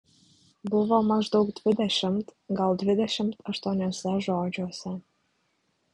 buvo maždaug dvidešimt gal dvidešimt aštuoniuose žodžiuose